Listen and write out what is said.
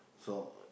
so